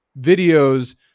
videos